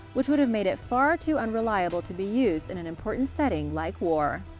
which would have made it far too unreliable to be used in an important setting like war.